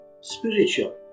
spiritual